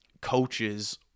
coaches